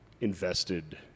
invested